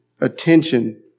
attention